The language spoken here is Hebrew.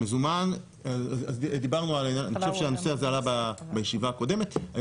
המזומן, אני חושב שהנושא הזה עלה בישיבה הקודמת.